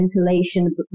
ventilation